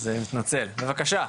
אז אני מתנצל, בבקשה.